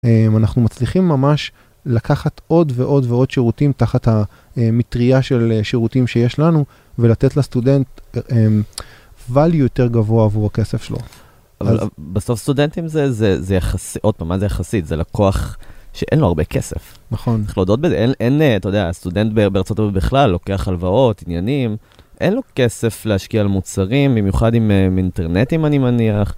אנחנו מצליחים ממש לקחת עוד ועוד ועוד שירותים תחת המטריה של שירותים שיש לנו, ולתת לסטודנט value יותר גבוה עבור הכסף שלו. אבל בסוף סטודנטים זה יחסי, עוד פעם, מה זה יחסית? זה לקוח שאין לו הרבה כסף. נכון. צריך להודות בזה, אין, אתה יודע, סטודנט בארה״ב בכלל לוקח הלוואות, עניינים, אין לו כסף להשקיע על מוצרים, במיוחד עם הם אינטרנטים, אני מניח.